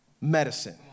medicine